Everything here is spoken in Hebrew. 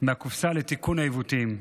מהקופסה לתיקון עיוותים.